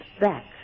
back